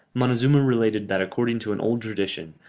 montezuma related that according to an old tradition,